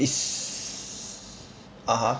is (uh huh)